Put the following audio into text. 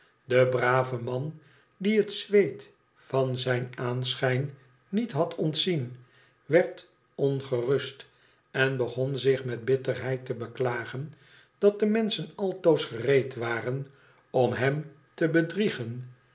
de brave man die het zweet van zijn aanschijn niet had ontzien wef'ongc mst en begon zich met bitterheid te beklagen dat de menschen altoos gereed waren om hem te bednegen